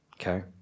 okay